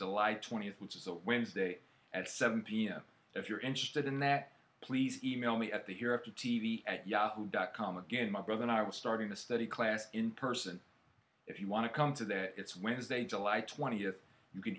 july twenty eighth which is a wednesday at seven pm if you're interested in that please email me at the hereafter t v at yahoo dot com again my brother and i was starting the study class in person if you want to come today it's wednesday july twentieth you can